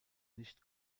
nicht